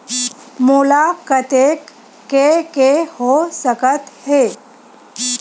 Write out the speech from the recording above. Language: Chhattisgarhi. मोला कतेक के के हो सकत हे?